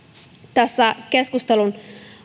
tässä keskustelun